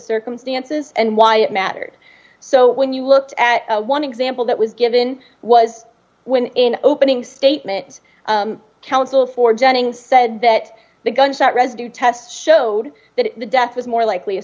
circumstances and why it mattered so when you looked at one example that was given was when in opening statement counsel for jennings said that the gunshot residue test showed that the death was more